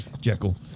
Jekyll